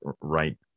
right